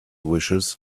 wishes